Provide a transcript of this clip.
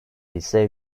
ise